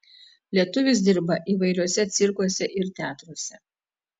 lietuvis dirba įvairiuose cirkuose ir teatruose